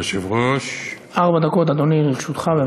ארבע דקות, אדוני, לרשותך.